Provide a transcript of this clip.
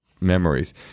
memories